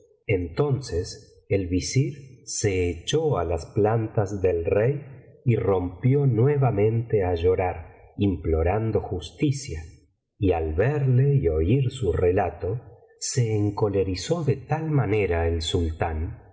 entonces el visir se echó á las plantas del rey y rompió nuevamente á llorar implorando justicia y al verle y oír su relato se encolerizó de tal manera el sultán